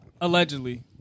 Allegedly